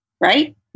right